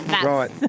Right